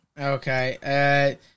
Okay